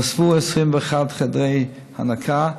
נוספו 21 חדרי הנקה,